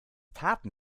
taten